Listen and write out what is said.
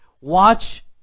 watch